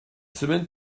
semaine